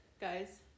guys